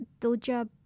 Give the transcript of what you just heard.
Doja